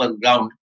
ground